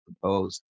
proposed